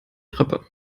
treppe